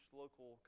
local